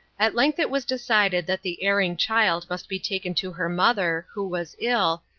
at length it was decided that the erring child must be taken to her mother, who was ill,